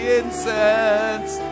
incense